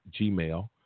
gmail